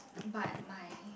but my